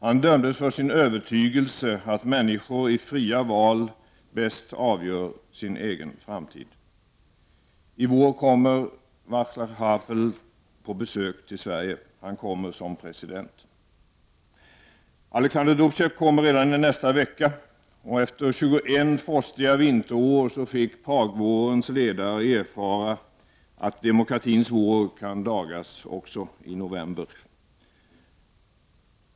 Han dömdes för sin övertygelse att människor i fria val bäst avgör sin egen framtid. I vår kommer Vaclav Havel på besök till Sverige. Han kommer som president. Alexander Duböek kommer redan i nästa vecka. Efter 21 frostiga vinterår fick pragvårens ledare erfara att demokratins vår kan dagas också i november.